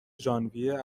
ژانویه